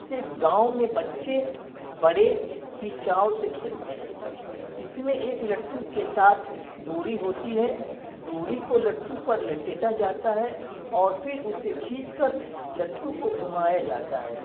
اسے گاؤں میں بچے بڑے ہی چاؤ سے کھیلتے ہیں اس میں ایک لٹو کے ساتھ ڈوری ہوتی ہے ڈوری کو لٹو پر لپیٹا جاتا ہے اور پھر اسے کھینچ کر لٹو کو گھمایا جاتا ہے